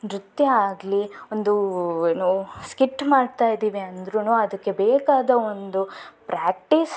ನೃತ್ಯ ಆಗ್ಲಿ ಒಂದು ಏನು ಸ್ಕಿಟ್ ಮಾಡ್ತಾ ಇದ್ದೀವಿ ಅಂದ್ರೂ ಅದಕ್ಕೆ ಬೇಕಾದ ಒಂದು ಪ್ರಾಕ್ಟೀಸ್